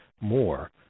more